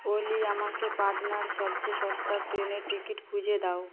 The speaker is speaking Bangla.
ওলি আমাকে পাটনার সবচেয়ে সস্তা ট্রেনের টিকিট খুঁজে দাও